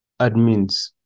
admins